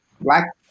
black